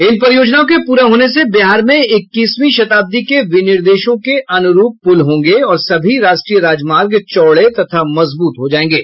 इन परियोजनाओं के पूरा होने से बिहार में इक्कीसवीं शताब्दी के विनिर्देशों के अनुरूप पुल होंगे और सभी राष्ट्रीय राजमार्ग चौड़े तथा मजबूत हो जाएंगे